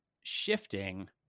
shifting